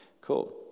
Cool